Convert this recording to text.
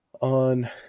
on